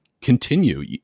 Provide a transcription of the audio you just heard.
continue